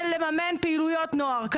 של לממן פעילויות נוער.